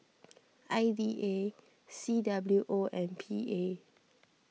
I D A C W O and P A